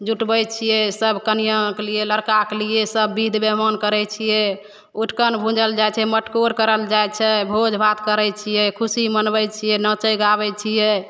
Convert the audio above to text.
जुटबै छियै सब कनियाँके लिये लड़का केलिये सब विध व्यवहार करै छियै उटकन भुँजल जाइ छै मटकोर कयल जाइ छै भोजभात करै छियै खुशी मनबै छियै नँचै गाबै छियै